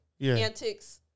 antics